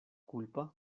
kulpa